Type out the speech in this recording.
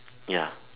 ya